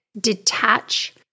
detach